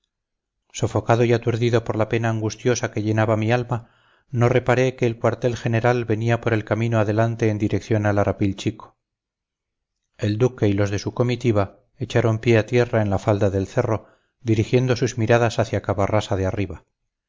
sofocado y aturdido por la pena angustiosa que llenaba mi alma no reparé que el cuartel general venía por el camino adelante en dirección al arapil chico el duque y los de su comitiva echaron pie a tierra en la falda del cerro dirigiendo sus miradas hacia cavarrasa de arriba